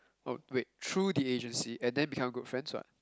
oh wait through the agency and then become good friends [what]